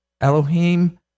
Elohim